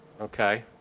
Okay